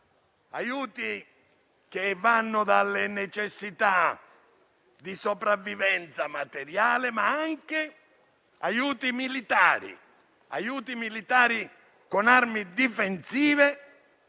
aiuti concreti per le necessità di sopravvivenza materiale, ma anche aiuti militari con armi difensive